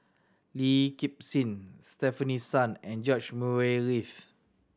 Lee Kip thing Stefanie Sun and George Murray Reith